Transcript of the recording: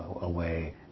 away